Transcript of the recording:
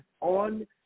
on